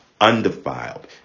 undefiled